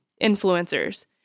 influencers